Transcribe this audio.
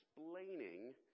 explaining